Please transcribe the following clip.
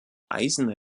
eisen